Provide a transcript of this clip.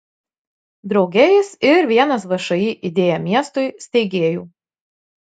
drauge jis ir vienas všį idėja miestui steigėjų